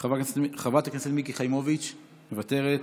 חברת הכנסת מיקי חיימוביץ' מוותרת,